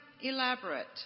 elaborate